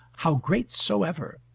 how great soever.